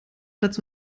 dazu